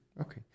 okay